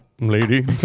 lady